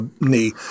knee